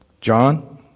John